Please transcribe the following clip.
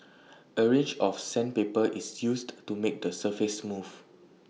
A range of sandpaper is used to make the surface smooth